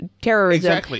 terrorism